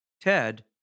Ted